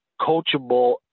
coachable